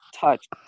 touch